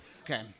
Okay